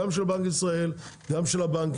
גם של בנק ישראל, גם של הבנקים.